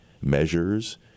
measures